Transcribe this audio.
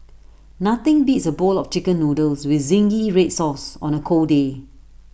nothing beats A bowl of Chicken Noodles with Zingy Red Sauce on A cold day